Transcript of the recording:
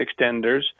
extenders